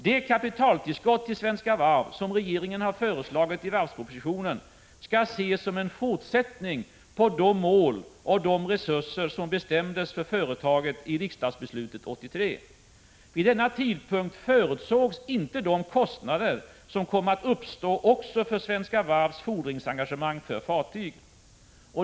Det kapitaltillskott till Svenska Varv, som regeringen har föreslagit i varvspropositionen, skall ses som en fortsättning på de mål och resurser som bestämdes för företaget i riksdagsbeslutet 1983. Vid denna tidpunkt förutsågs inte de kostnader som kom att uppstå också för Svenska Varvs fordringsengagemang för fartyg.